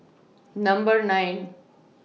Number nine